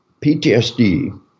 PTSD